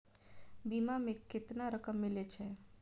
बीमा में केतना रकम मिले छै?